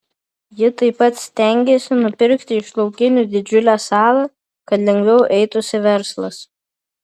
ji taip pat stengiasi nupirkti iš laukinių didžiulę salą kad lengviau eitųsi verslas